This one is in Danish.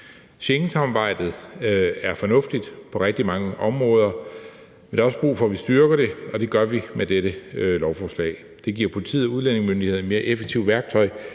Schengensamarbejdet er fornuftigt på rigtig mange områder, og der er også brug for, at vi styrker det, og det gør vi med dette lovforslag. Det giver politiet og udlændingemyndighederne et mere effektivt værktøj